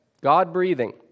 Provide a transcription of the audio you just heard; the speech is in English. God-breathing